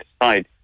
decide